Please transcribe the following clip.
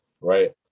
right